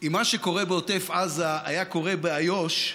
אם מה שקורה בעוטף עזה היה קורה באיו"ש,